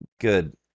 good